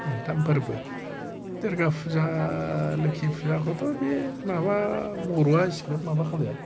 मोनथाम फोर्बो दुरगा फुजा लोखि फुजाखौथ' बे माबा बर'आ एसेग्राब माबा खालाया